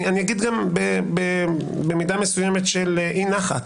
אני אגיד במידה מסוימת של אי נחת,